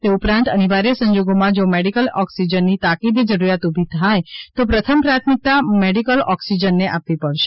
તે ઉપરાંત અનિવાર્ય સંજોગોમાં જો મેડીકલ ઓક્સીજનની તાકીદે જરૂરીયાત ઉભી થાય તો પ્રથમ પ્રાથમિકતા મેડિકલ ઓક્સીજનને આપવી પડશે